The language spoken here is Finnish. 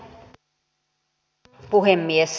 arvoisa puhemies